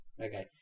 Okay